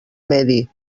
medi